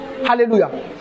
Hallelujah